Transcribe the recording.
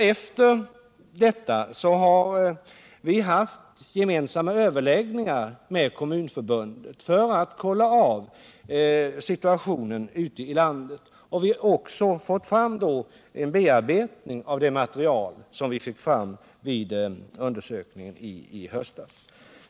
Efter dessa har vi haft gemensamma överläggningar med Kommunförbundet för att kolla situationen ute i landet. Vi har också fått en bearbetning av det material som vi fick fram vid undersökningen i höstas.